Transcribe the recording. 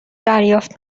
دریافت